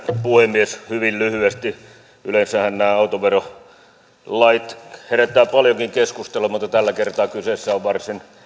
puhemies hyvin lyhyesti yleensähän nämä autoverolait herättävät paljonkin keskustelua mutta tällä kertaa kyseessä on varsin